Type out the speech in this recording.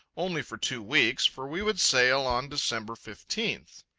only for two weeks, for we would sail on december fifteenth.